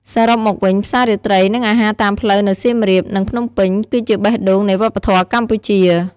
សរុបមកវិញផ្សាររាត្រី និងអាហារតាមផ្លូវនៅសៀមរាប និងភ្នំពេញ គឺជាបេះដូងនៃវប្បធម៌កម្ពុជា។